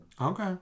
Okay